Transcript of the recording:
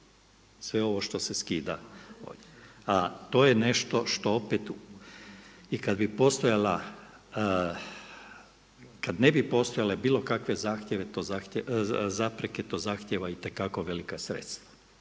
sve ovo što se skida. A to je nešto što opet i kada bi postojala, kada ne bi postojale bilo kakve zapreke to zahtjeva itekako velika sredstva